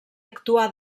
actuà